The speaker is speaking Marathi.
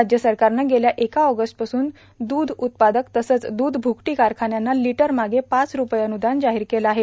राज्य सरकारनं गेल्या एक ऑगस्टपासून दूध उत्पादक तसंच दूध भुकटी कारखान्यांना लीटरमागं पाच रूपये अनुदान जाहीर केलं आहे